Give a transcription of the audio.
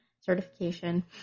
certification